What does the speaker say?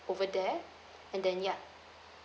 over there and then yeah